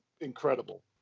incredible